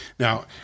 Now